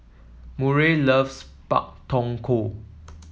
Murray loves Pak Thong Ko